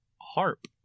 harp